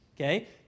okay